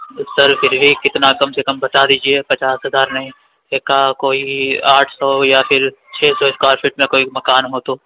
سر پھر بھی کتنا کم سے کم بتا دیجیے پچاس ہزار نہیں ایک آ کوئی آٹھ سو یا پھر چھ سو اسکوائر فیٹ میں کوئی مکان ہو تو